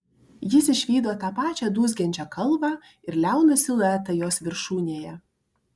jis išvydo tą pačią dūzgiančią kalvą ir liauną siluetą jos viršūnėje